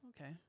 Okay